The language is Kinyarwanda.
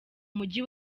mujyi